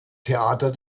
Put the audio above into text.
theater